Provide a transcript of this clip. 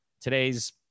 today's